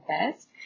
best